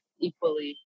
equally